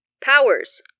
Powers